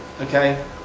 okay